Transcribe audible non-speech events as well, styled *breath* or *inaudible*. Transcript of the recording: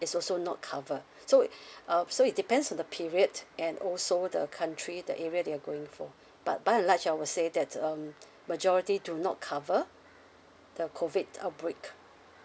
is also not covered so *breath* uh so it depends on the period and also the country the area you're going for but by and large I would say that um majority do not cover the COVID outbreak